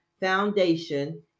foundation